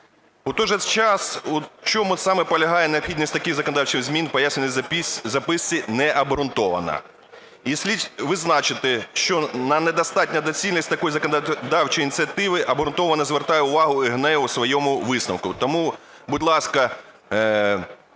У той же час, в чому саме полягає необхідність таких законодавчих змін, у пояснювальній записці не обґрунтовано. І слід відзначити, що на недостатню доцільність такої законодавчої ініціативи обґрунтовано звертає увагу ГНЕУ у своєму висновку. Тому, будь ласка,